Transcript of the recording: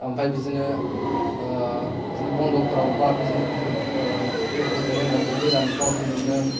ओमफ्राय बिदिनो बिदिनो बन्द'फ्राव बा बिदिनो लोगोफोरजों जेन'बा गोजानफ्राव बिदिनो